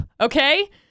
okay